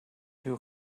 two